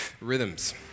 Rhythms